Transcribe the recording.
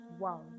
wow